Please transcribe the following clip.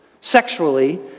sexually